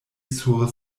sur